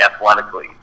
athletically